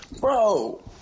bro